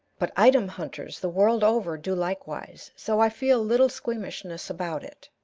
but item-hunters the world over do likewise, so i feel little squeamishness about it.